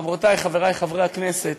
חברותי וחברי חברי הכנסת,